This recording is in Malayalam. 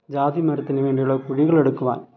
ജാതി മരത്തിനു വേണ്ടിയുള്ള കുഴികളെടുക്കുവാൻ